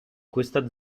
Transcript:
questa